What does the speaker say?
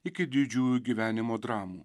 iki didžiųjų gyvenimo dramų